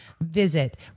visit